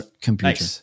computer